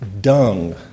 dung